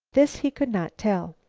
this he could not tell.